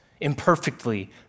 imperfectly